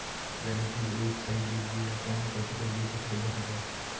ব্যাংকের ওয়েবসাইটে গিয়ে অ্যাকাউন্ট কতটা এগিয়েছে সেটা দেখা যায়